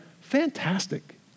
fantastic